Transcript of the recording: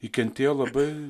ji kentėjo labai